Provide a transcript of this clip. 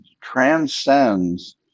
transcends